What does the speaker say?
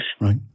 Right